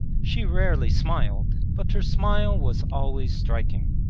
she rarely smiled, but her smile was always striking.